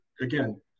again